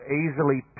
easily